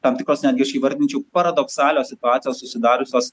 tam tikros netgi aš įvardinčiau paradoksalios situacijos susidariusios